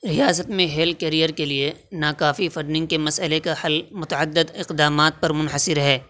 ریاست میں ہیل کیریئر کے لیے ناکافی فرنگ کے مسئلے کا حل متعدد اقدامات پر منحصر ہے